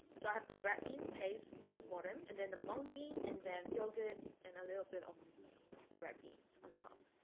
so i have the red bean paste on the bottom, and then the mung bean, and then yogurt, and a little bit of the red beans on top.